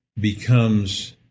becomes